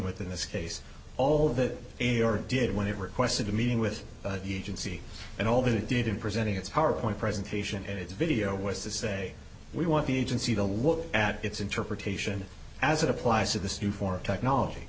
with in this case all that a or did when they requested a meeting with the agency and all they did in presenting its powerpoint presentation and it's video was to say we want the agency to look at its interpretation as it applies to this new form of technology